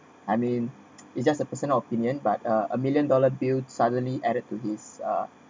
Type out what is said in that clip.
I mean it's just a personal opinion but uh a million dollar bill suddenly added to his uh